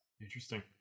Interesting